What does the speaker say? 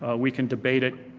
ah we can debate it.